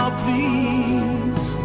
please